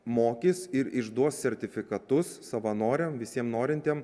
mokys ir išduos sertifikatus savanoriam visiems norintiem